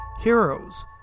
Heroes